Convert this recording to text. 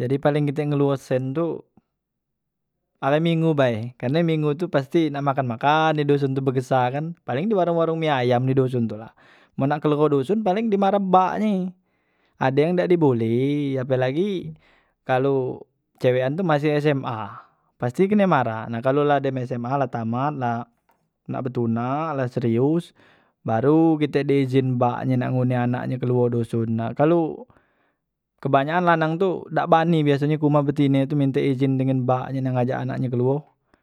jadi paleng kite ngeluo sen tu ahai minggu bae karne minggu tu pasti nak makan makan di duson tu begesah kan. paling di warung warung mi ayam di duson tula men nak keluo duson paling di marah baknye ade yang dak di boleh apelagi kalu cewekan tu masi sma pasti kene marah nah kalu la dem sma la tamat la nak betunak la serius baru kite di izin baknye nak ngunde anak nye keluo doson, na kalu kebanyakan lanang tu dak bani biasenye ke humah betine tu minte izin dengen baknye nak ngajak anaknye keluo.